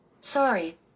Sorry